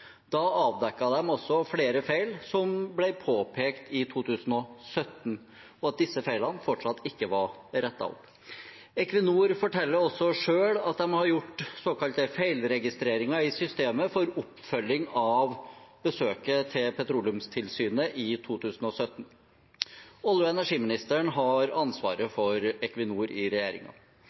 flere feil som ble påpekt i 2017, og at disse feilene fortsatt ikke var rettet opp. Equinor forteller også selv at de har gjort såkalte feilregistreringer i systemet for oppfølging av besøket fra Petroleumstilsynet i 2017. Olje- og energiministeren har ansvaret for Equinor i